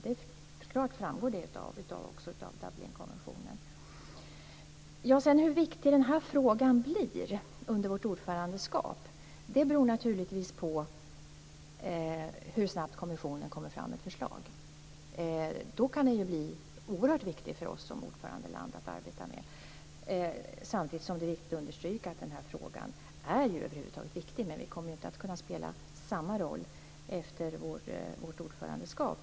Det framgår också klart av Dublinkonventionen. Hur viktig den här frågan blir under vårt ordförandeskap beror naturligtvis på hur snabbt kommissionen kommer fram med ett förslag. Då kan den bli oerhört viktig för oss som ordförandeland att arbeta med. Samtidigt är det viktigt att understryka att den här frågan över huvud taget är viktig. Vi kommer inte att kunna spela samma roll efter vårt ordförandeskap.